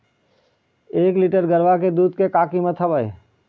एक लीटर गरवा के दूध के का कीमत हवए?